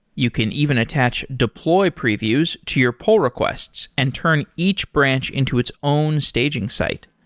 you can even attach deploy previews to your poll requests and turn each branch into its own staging site.